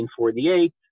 1948